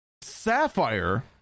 Sapphire